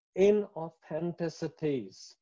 inauthenticities